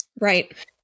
Right